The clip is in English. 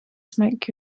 smoke